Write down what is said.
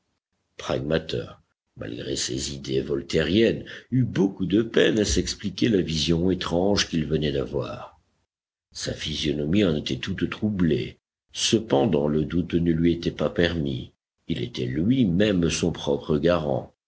pragmater malgré ses idées voltairiennes eut beaucoup de peine à s'expliquer la vision étrange qu'il venait d'avoir sa physionomie en était toute troublée cependant le doute ne lui était pas permis il était lui-même son propre garant